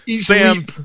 Sam